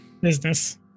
business